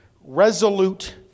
resolute